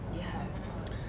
yes